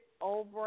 over